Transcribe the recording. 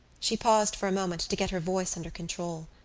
she paused for a moment to get her voice under control,